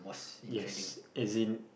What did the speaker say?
yes as in